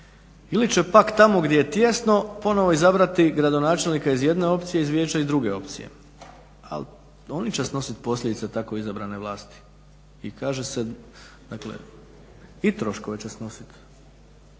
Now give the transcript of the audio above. ili će pak tamo gdje je tijesno ponovno izabrati gradonačelnika iz jedne opcije iz vijeća i druge opcije, ali oni će snositi posljedice tako izabrane vlasti, i kaže se dakle i troškove će snositi.